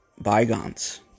bygones